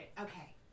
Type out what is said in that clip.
Okay